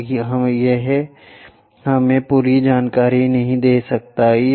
और यह हमें पूरी जानकारी नहीं दे सकता है